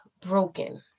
broken